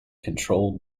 controlled